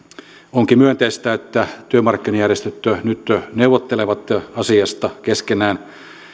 onkin myönteistä että työmarkkinajärjestöt nyt neuvottelevat asiasta keskenään